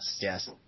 Yes